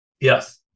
Yes